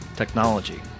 technology